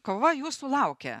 kova jūsų laukia